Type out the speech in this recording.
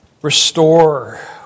restore